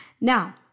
Now